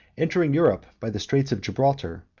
entering europe by the straits of gibraltar,